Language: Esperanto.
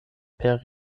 per